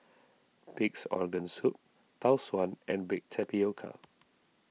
Pig's Organ Soup Tau Suan and Baked Tapioca